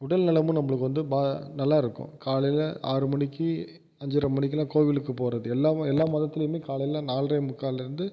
உடல் நலமும் நம்மளுக்கு வந்து பா நல்லா இருக்கும் காலையில் ஆறு மணிக்கு அஞ்சரை மணிக்கிலாம் கோவிலுக்கு போகிறது எல்லா ம எல்லா மதத்துலேயுமே காலையில் நால்லே முக்கால்லேர்ந்து